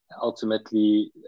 Ultimately